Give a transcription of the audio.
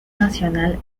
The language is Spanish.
nacional